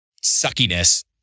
suckiness